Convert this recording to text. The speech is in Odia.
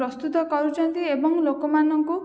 ପ୍ରସ୍ତୁତ କରୁଛନ୍ତି ଏବଂ ଲୋକମାନଙ୍କୁ